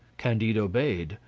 candide obeyed,